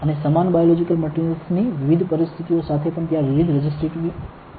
અને સમાન બાયોલોજિકલ માટેરિયલ્સની વિવિધ પરિસ્થિતિઓ સાથે પણ ત્યાં વિવિધ રેઝિસ્ટીવીટી હશે